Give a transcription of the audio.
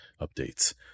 updates